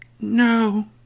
No